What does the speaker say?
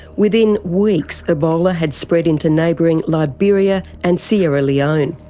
within weeks ebola had spread into neighbouring liberia and sierra leone.